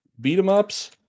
beat-em-ups